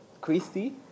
Christy